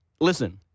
Listen